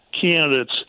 candidates